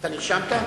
אתה נרשמת?